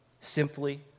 Simply